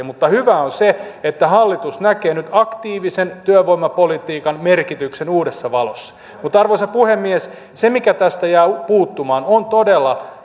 mutta hyvää on se että hallitus näkee nyt aktiivisen työvoimapolitiikan merkityksen uudessa valossa mutta arvoisa puhemies se mikä tästä jää puuttumaan on todella